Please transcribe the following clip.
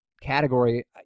category